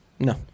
No